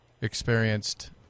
experienced